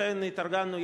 לכן התארגנו,